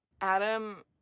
Adam